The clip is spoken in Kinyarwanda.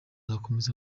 azakomeza